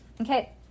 okay